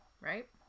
right